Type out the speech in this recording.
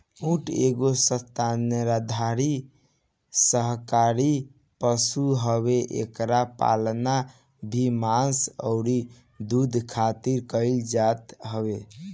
ऊँट एगो स्तनधारी शाकाहारी पशु हवे एकर पालन भी मांस अउरी दूध खारित कईल जात हवे